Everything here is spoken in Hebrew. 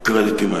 כן.